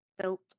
built